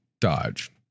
dodge